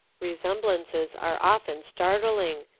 resemblances are often startling,